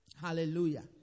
Hallelujah